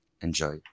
Enjoy